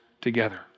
together